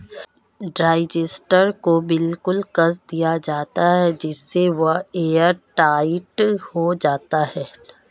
digester को बिल्कुल कस दिया जाता है जिससे वह एयरटाइट हो जाता है